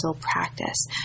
practice